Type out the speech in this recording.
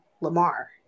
Lamar